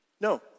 No